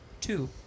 Two